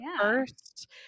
first